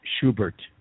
Schubert